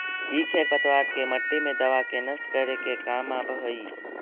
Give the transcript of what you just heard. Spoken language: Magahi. इ खेर पतवार के मट्टी मे दबा के नष्ट करे के काम आवऽ हई